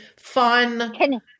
fun